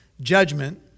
judgment